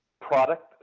product